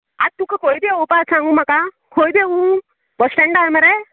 आत्त तुका खोय दोवोपा सांगू म्हाका खंय देवूं बस स्टेंडार मरे